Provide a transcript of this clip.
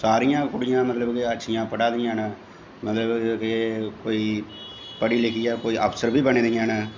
सारियां कुड़ियां मतलब के अच्छियां पढ़ा दियां न मतलब के कोई पढ़ी लिखियै कोई अफसर बी बनी दियां न